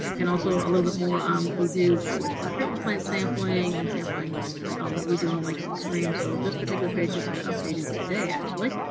and also a little bit more on what we do for wastewater treatment plant sampling and sampling that we do on lakes and streams. so, this particular page just got updated today, actually.